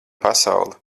pasaule